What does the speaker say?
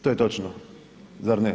To je točno, zar ne?